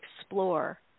explore